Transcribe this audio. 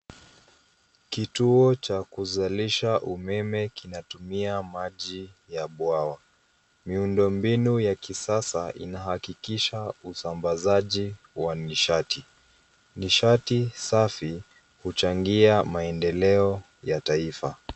Kituo cha kuzalisha umeme kinatumia maji ya bwawa. Miundombinu ya kisasa inahakikisha usambazaji wa nishati. Nishati safi huchangia maendeleo ya taifa.